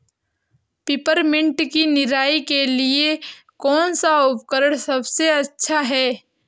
Peppermint की निराई के लिए कौन सा उपकरण सबसे अच्छा है?